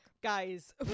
Guys